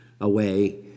away